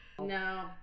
No